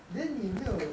then 你没有